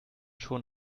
schon